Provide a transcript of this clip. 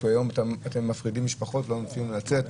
היום אתם מפרידים משפחות ולא נותנים לצאת.